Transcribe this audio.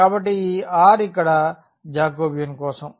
కాబట్టి ఈ r ఇక్కడ జాకోబియన్ కోసం